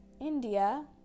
India